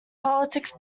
politics